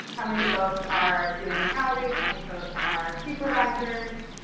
how many folks are doing outreach, how many folks are supervisors.